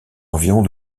environs